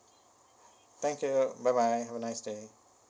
thank you bye bye have a nice day